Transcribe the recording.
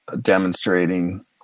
demonstrating